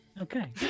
Okay